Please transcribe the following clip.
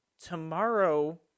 tomorrow